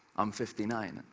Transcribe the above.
i'm fifty nine.